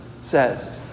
says